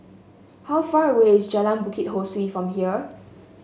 how far away is Jalan Bukit Ho Swee from here